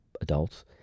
adults